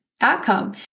outcome